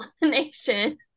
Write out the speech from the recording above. elimination